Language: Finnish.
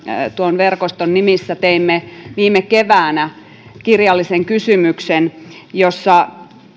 tuon verkoston nimissä teimme viime keväänä kirjallisen kysymyksen jossa